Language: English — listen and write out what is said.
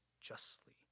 justly